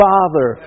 Father